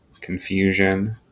Confusion